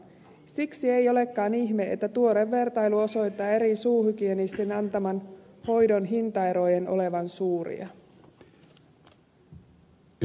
siksi ei olekaan ihme että tuore vertailu osoittaa eri suuhygienistien antaman hoidon hintaerojen olevan suuria